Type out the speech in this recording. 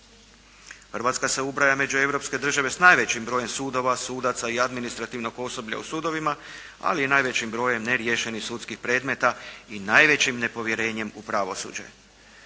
Hrvatska se ubraja među europske države s najvećim brojem sudova, sudaca i administrativnog osoblja u sudovima, ali i najvećim brojem neriješenih sudskih predmeta i najvećim nepovjerenjem u pravosuđe.